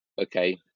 Okay